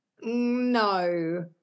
No